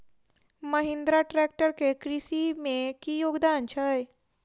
Mahindra tractor केँ कृषि मे की योगदान छै?